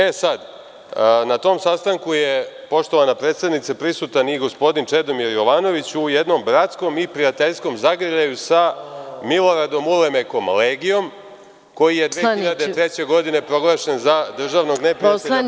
E sad, na tom sastanku je, poštovana predsednice, prisutan i gospodin Čedomir Jovanović ujednom bratskom i prijateljskom zagrljaju sa Miloradom Ulemekom Legijom, koji je 2003. godine proglašen za državnog neprijatelja broj jedan.